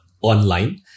online